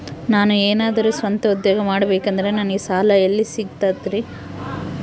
ನಾನು ಏನಾದರೂ ಸ್ವಂತ ಉದ್ಯೋಗ ಮಾಡಬೇಕಂದರೆ ನನಗ ಸಾಲ ಎಲ್ಲಿ ಸಿಗ್ತದರಿ?